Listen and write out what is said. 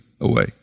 away